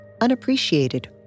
unappreciated